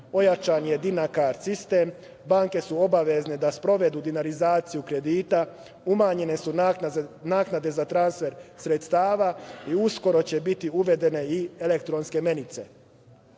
ojačan je Dina kard sistem. Banke su obavezne da sprovedu dinarizaciju kredita, umanjene su naknade za transfer sredstava i uskoro će biti uvedene i elektronske